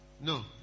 No